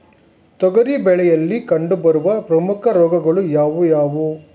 ತೊಗರಿ ಬೆಳೆಯಲ್ಲಿ ಕಂಡುಬರುವ ಪ್ರಮುಖ ರೋಗಗಳು ಯಾವುವು?